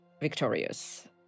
victorious